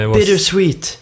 bittersweet